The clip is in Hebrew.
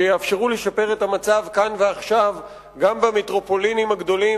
שיאפשרו לשפר את המצב כאן ועכשיו גם במטרופולינים הגדולות,